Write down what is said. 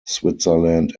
switzerland